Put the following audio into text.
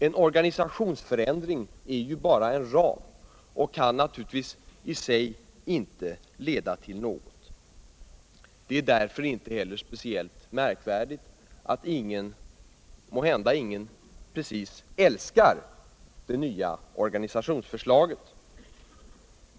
En organisationsförändring är ju bara en ram och kan nmturfigtvis inte leda till något i sig. Det är därför inte heller speciellt märk värdigt att måhända ingen precis älskar det nya organisationsförslaget.